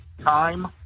time